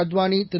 Advani Thiru